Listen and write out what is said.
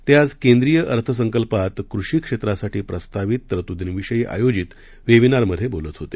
ते आज केंद्रीय अर्थसंकल्पात कृषीक्षेत्रासाठी प्रस्तावित तरतुदींविषयी आयोजित वेबिनारमधे बोलत होते